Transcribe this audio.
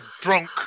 drunk